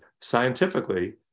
scientifically